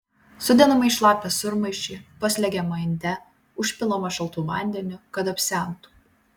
sudedama į šlapią sūrmaišį paslegiama inde užpilama šaltu vandeniu kad apsemtų